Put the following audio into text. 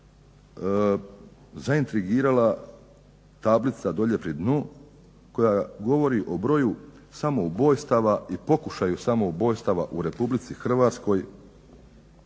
zaintrigirala tablica dolje pri dnu koja govori o broju samoubojstava i pokušaju samoubojstava u RH i usporedbi